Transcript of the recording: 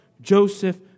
Joseph